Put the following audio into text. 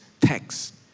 text